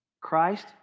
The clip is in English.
Christ